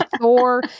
Thor